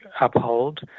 uphold